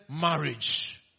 marriage